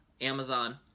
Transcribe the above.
Amazon